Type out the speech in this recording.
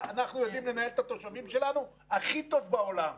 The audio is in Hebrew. אנחנו יודעים לנהל את התושבים שלנו הכי טוב בעולם.